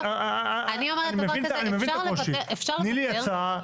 אני אומרת דבר כזה: אפשר לוותר --- תני לי הצעה,